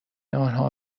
آنها